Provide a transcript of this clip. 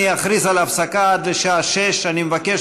אני אכריז על הפסקה עד לשעה 18:00. אני מבקש